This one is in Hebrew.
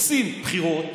עושים בחירות,